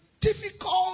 difficult